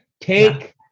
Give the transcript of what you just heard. Take